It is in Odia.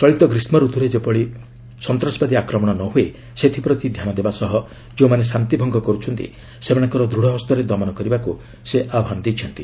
ଚଳିତ ଗ୍ରୀଷ୍ମରତୁରେ ଯେପରି ସନ୍ତାସବାଦୀ ଆକ୍ରମଣ ନହୁଏ ସେଥିପ୍ରତି ଧ୍ୟାନ ଦେବା ସହ ଯେଉଁମାନେ ଶାନ୍ତି ଭଙ୍ଗ କରୁଛନ୍ତି ସେମାନଙ୍କର ଦୃଢ଼ହସ୍ତରେ ଦମନ କରିବାକୁ ସେ ଆହ୍ୱାନ ଦେଇଛନ୍ତି